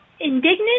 indignant